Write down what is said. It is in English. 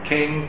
King